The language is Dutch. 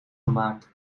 gemaakt